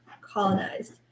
colonized